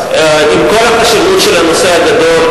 עם כל החשיבות של הנושא הגדול,